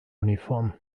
uniform